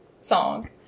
song